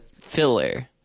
filler